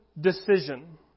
decision